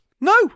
No